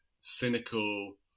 cynical